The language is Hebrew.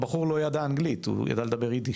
הבחור לא ידע אנגלית אלא יידיש.